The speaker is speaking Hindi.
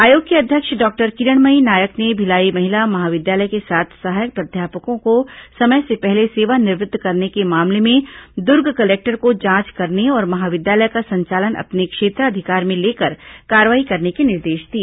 आयोग की अध्यक्ष डॉक्टर किरणमयी नायक ने भिलाई महिला महाविद्यालय के सात सहायक प्राध्यापकों को समय से पहले सेवानिवृत्त करने के मामले में दुर्ग कलेक्टर को जांच करने और महाविद्यालय का संचालन अपने क्षेत्राधिकार में लेकर कार्रवाई करने के निर्देश दिए